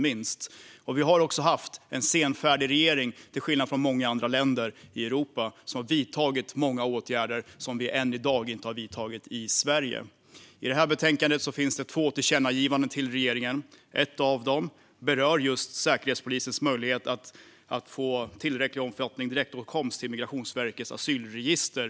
Vi har också haft en senfärdig regering, till skillnad från många andra länder i Europa där man har vidtagit många åtgärder som vi än i dag inte har vidtagit i Sverige. I betänkandet finns två tillkännagivanden till regeringen. Ett av dem berör just Säkerhetspolisens möjlighet att i tillräcklig omfattning få direktåtkomst till Migrationsverkets asylregister.